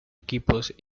equipos